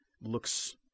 looks